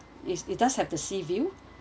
is is does have the sea view